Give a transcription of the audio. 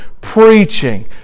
preaching